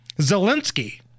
Zelensky